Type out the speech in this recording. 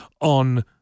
on